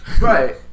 Right